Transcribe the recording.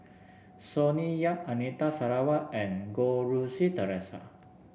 Sonny Yap Anita Sarawak and Goh Rui Si Theresa